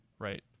Right